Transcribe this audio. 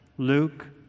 Luke